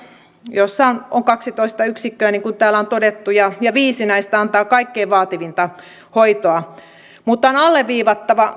jossa on on kaksitoista yksikköä niin kuin täällä on todettu ja ja viisi näistä antaa kaikkein vaativinta hoitoa mutta on alleviivattava